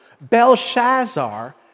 Belshazzar